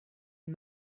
and